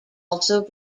also